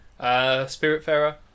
Spiritfarer